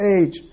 age